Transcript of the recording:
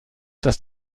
dass